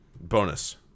bonus